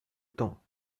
temps